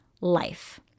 Life